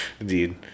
Indeed